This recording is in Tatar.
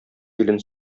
илен